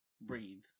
breathe